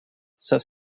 sauf